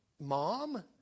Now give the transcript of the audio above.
Mom